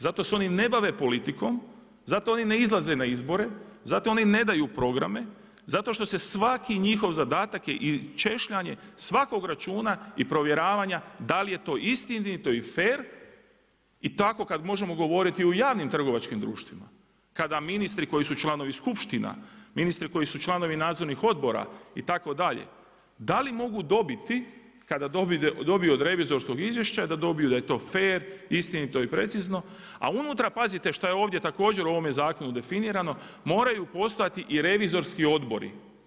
Zato se oni ne bave politikom, zato oni ne izlaze na izbore, zato oni ne daju programe, zato što se svaki njihov zadatak i češljanje svakog računa i provjeravanja da li je to istinito i fer, i tako kad možemo govoriti o javnim trgovačkim društvima, kada ministri koji su članovi skupština, ministri koji su članovi nadzornih odbora itd., da li mogu dobiti, kada dobiju od revizorskog izvješća da dobiju da je to fer, istinito i precizno, a unutra pazite, šta ovdje također u ovom zakonu definirano, moraju postojati i revizorski odbori.